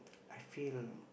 I feel